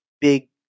big